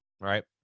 right